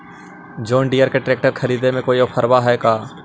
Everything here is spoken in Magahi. जोन डियर के ट्रेकटर खरिदे में कोई औफर है का?